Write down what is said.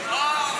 הקראתי,